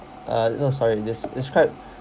uh no sorry des~ describe